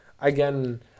again